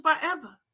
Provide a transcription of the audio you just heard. forever